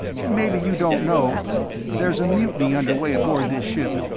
maybe you don't know there's a mutiny under way aboard this ship.